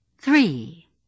Three